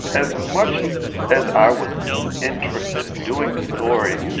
as much as i was interested in doing the story,